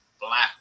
Black